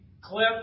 clip